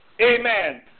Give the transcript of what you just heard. amen